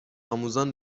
آموزان